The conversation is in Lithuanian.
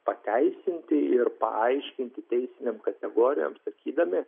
pateisinti ir paaiškinti teisinėm kategorijom sakydami